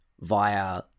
via